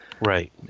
Right